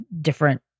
different